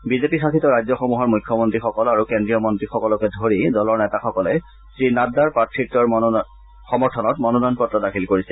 BJP শাসিত ৰাজ্যসমূহৰ মূখ্যমন্ত্ৰীসকল আৰু কেন্দ্ৰীয় মন্ত্ৰীসকলকে ধৰি দলৰ নেতাসকলে শ্ৰী নাড্ডাৰ প্ৰাৰ্থিত্বৰ সমৰ্থনত মনোনয়ন পত্ৰ দাখিল কৰিছে